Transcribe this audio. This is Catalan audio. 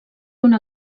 una